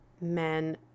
men